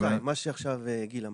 על CO2, מה שעכשיו גיל אמר.